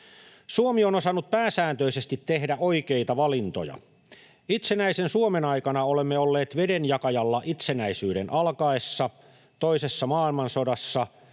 Suomi on osannut pääsääntöisesti tehdä oikeita valintoja. Itsenäisen Suomen aikana olemme olleet vedenjakajalla itsenäisyyden alkaessa, toisessa maailmansodassa,